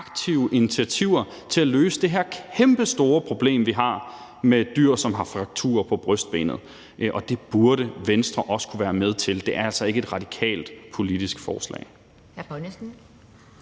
aktive initiativer til at løse det her kæmpestore problem, vi har, med dyr, som har frakturer på brystbenet, og det burde Venstre også kunne være med til. Det er altså ikke et radikalt politisk forslag.